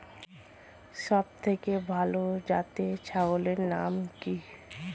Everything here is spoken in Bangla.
সবথেকে ভালো জাতের ছাগলের নাম কি?